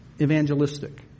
evangelistic